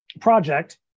project